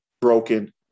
broken